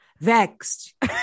Vexed